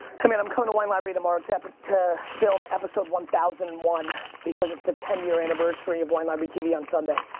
hey man, i'm coming to wine library tomorrow to film episode one thousand and one because it's the ten year anniversary of wine library tv on sunday.